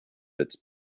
its